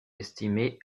estimés